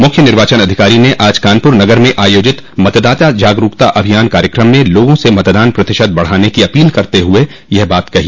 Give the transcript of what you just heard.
मुख्य निर्वाचन अधिकारी ने आज कानपुर नगर में आयोजित मतदाता जागरूकता अभियान कार्यक्रम में लोगों से मतदान प्रतिशत बढ़ाने की अपील करते हुए यह बात कही